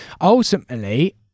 ultimately